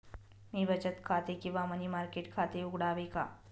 मी बचत खाते किंवा मनी मार्केट खाते उघडावे का?